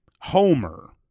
homer